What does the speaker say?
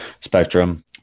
spectrum